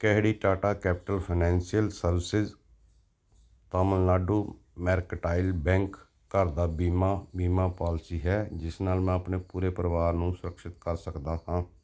ਕਿਹੜੀ Tata Capital Financial Services Tamil Nadu Mercantile Bank ਘਰ ਦਾ ਬੀਮਾ ਬੀਮਾ ਪਾਲਿਸੀ ਹੈ ਜਿਸ ਨਾਲ ਮੈਂ ਆਪਣੇ ਪੂਰੇ ਪਰਿਵਾਰ ਨੂੰ ਸੁਰਿਕਸ਼ਿਤ ਕਰ ਸਕਦਾ ਹਾਂ